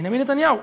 בנימין נתניהו,